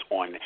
on